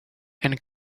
and